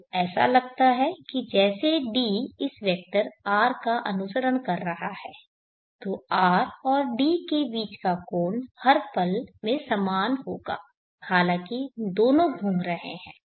तो ऐसा लगता है कि जैसे d इस वेक्टर R का अनुसरण कर रहा है तो R और d के बीच का कोण हर एक पल में समान होगा हालांकि दोनों घूम रहे हैं